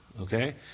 Okay